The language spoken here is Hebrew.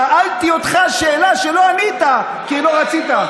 שאלתי אותך שאלה ולא ענית כי לא רצית.